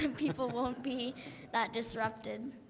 and people won't be that disrupted